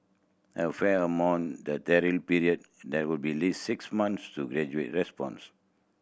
a fair amount the trial period that would be least six months to gauge response